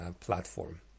platform